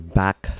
back